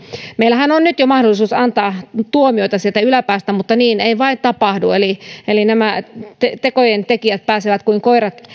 meillähän on nyt jo mahdollisuus antaa tuomioita sieltä yläpäästä mutta niin ei vain tapahdu eli eli näiden tekojen tekijät pääsevät kuin koirat